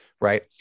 right